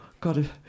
God